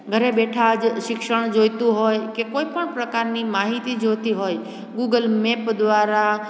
ઘરે બેઠા જ શિક્ષણ જોઈતું હોય કે કોઈપણ પ્રકારની માહિતી જોઈતી હોય ગૂગલ મેપ દ્વારા